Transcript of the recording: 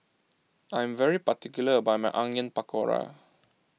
I am particular about my Onion Pakora